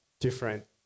different